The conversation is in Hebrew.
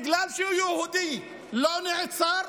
בגלל שהוא יהודי לא נעצר,